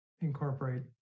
incorporate